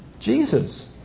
Jesus